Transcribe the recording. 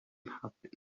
happen